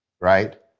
Right